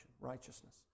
righteousness